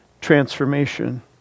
transformation